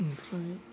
ओमफ्राय